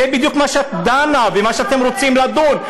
זה בדיוק מה שאת דנה ומה שאתם רוצים לדון.